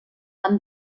amb